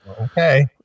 Okay